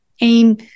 aim